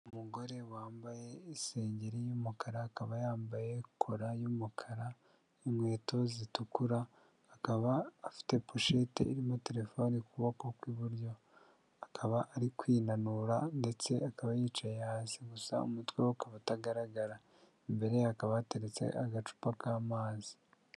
Umugore wambaye isengeri y'umukara akaba yambaye kola y'umukara inkweto zitukura, akaba afite pushete irimo telefoni ku kuboko kw'iburyo, akaba ari kwinanura ndetse akaba yicaye hasi, gusa umutwe wo ukaba utagaragara, imbere ye hakaba hateretse agacupa k'amazi.